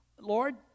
lord